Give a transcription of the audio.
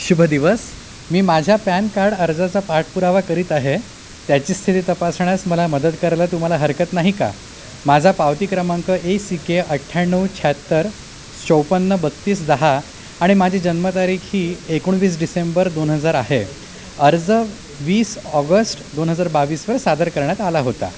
शुभ दिवस मी माझ्या पॅन कार्ड अर्जाचा पाठपुरावा करीत आहे त्याची स्थिती तपासण्यास मला मदत करायला तुम्हाला हरकत नाही का माझा पावती क्रमांक ए सी के अठ्ठ्याण्णव शहात्तर चौपन्न बत्तीस दहा आणि माझी जन्मतारीख ही एकोणवीस डिसेंबर दोन हजार आहे अर्ज वीस ऑगस्ट दोन हजार बावीसवर सादर करण्यात आला होता